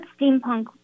steampunk